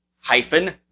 hyphen